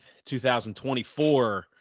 2024